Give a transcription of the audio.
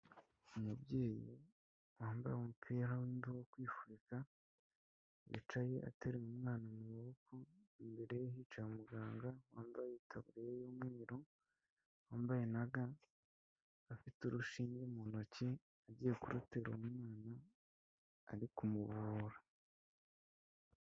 Umubyeyi wambaye umupira n'undi wo kwifuka yicaye aterura umwana mu maboko imbere ye hicaye umuganga wambaye itaburiya y'umweru, wambaye na ga afite urushinge mu ntoki agiye kurutera umwana ari kumuvura.